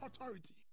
Authority